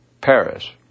Paris